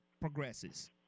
progresses